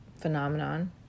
phenomenon